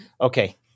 Okay